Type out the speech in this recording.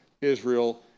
Israel